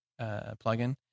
plugin